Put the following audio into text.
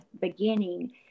beginning